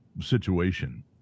situation